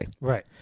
Right